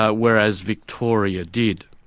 ah whereas victoria did.